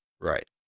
Right